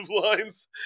lines